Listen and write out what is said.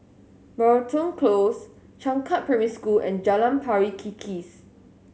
Moreton Close Changkat Primary School and Jalan Pari Kikis